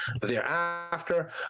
thereafter